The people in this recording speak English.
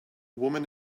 woman